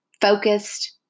focused